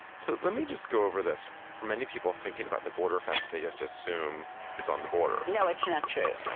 so let me just go over this. for many people thinking about the border fence, they just assume it's on the border no, it's not true.